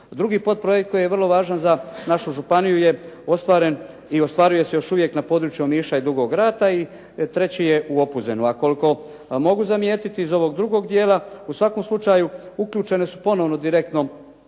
Drugi podprojekt koji je vrlo važan za našu županiju je ostvaren i ostvaruje se još uvijek na području Omiša i Dugog rata i treći je u Opuzenu. A koliko mogu zamijetiti iz ovog drugog dijela u svakom slučaju uključene su ponovno direktno